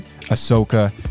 Ahsoka